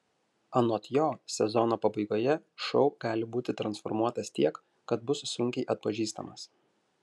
anot jo sezono pabaigoje šou gali būti transformuotas tiek kad bus sunkiai atpažįstamas